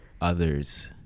others